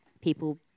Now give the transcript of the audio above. people